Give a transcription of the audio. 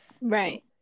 right